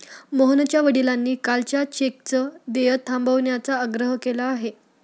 मोहनच्या वडिलांनी कालच्या चेकचं देय थांबवण्याचा आग्रह केला आहे